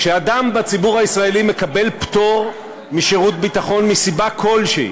כשאדם בציבור הישראלי מקבל פטור משירות ביטחון מסיבה כלשהי,